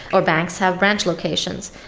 or banks have branch locations.